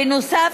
בנוסף,